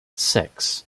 six